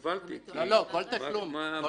או הזוכה לא עדכנו את תיק ההוצאה לפועל בהפחתה,